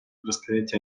рассказать